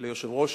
ליושב-ראש